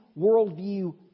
worldview